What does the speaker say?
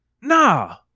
nah